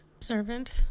servant